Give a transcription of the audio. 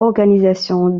organisation